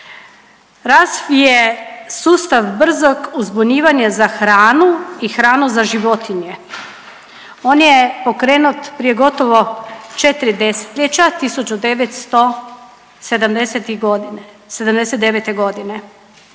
RAS je sustav brzog uzbunjivanja za hranu i hranu za životinje. On je pokrenut prije gotovo 4 desetljeća 1979.g.